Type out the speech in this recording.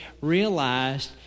realized